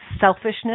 selfishness